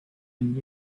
and